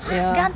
ya